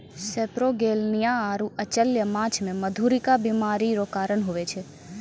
सेपरोगेलनिया आरु अचल्य माछ मे मधुरिका बीमारी रो कारण हुवै छै